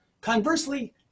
Conversely